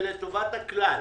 זה לטובת הכלל.